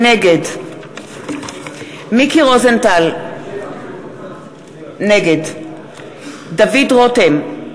נגד מיקי רוזנטל, נגד דוד רותם,